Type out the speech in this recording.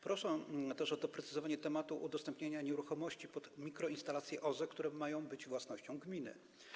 Proszę też o doprecyzowanie tematu udostępnienia nieruchomości pod mikroinstalacje OZE, które mają być własnością gminy.